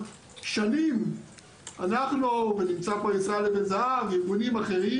שנים אנחנו ונמצא פה ישראל אבן זהב וארגונים אחרים